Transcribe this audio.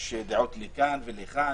יש דעות לכאן ולכאן.